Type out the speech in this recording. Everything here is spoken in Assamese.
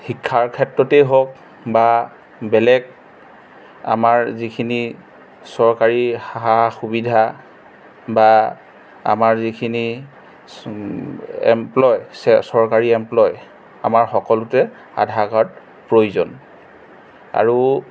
শিক্ষাৰ ক্ষেত্ৰতেই হওক বা বেলেগ আমাৰ যিখিনি চৰকাৰী সা সুবিধা বা আমাৰ যিখিনি এমপ্লয় চে চৰকাৰী এমপ্লয় আমাৰ সকলোতে আধাৰ কাৰ্ড প্ৰয়োজন আৰু